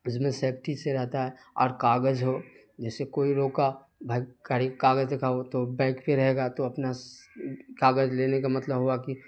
اس میں سیفٹی سے رہتا ہے اور کاغذ ہو جیسے کوئی روکا بھائی گاڑی کا کاغذ دکھاؤ تو بیک پہ رہے گا تو اپنا کاغذ لینے کا مطلب ہوا کہ